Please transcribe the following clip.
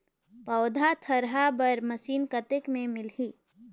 पौधा थरहा बर मशीन कतेक मे मिलही?